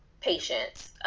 patients